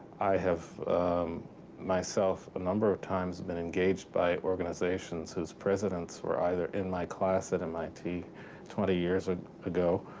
i have myself a number of times have been engaged by organizations whose presidents were either in my class at mit twenty years ah ago,